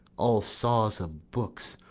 all saws of books,